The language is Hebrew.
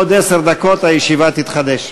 עוד עשר דקות הישיבה תתחדש.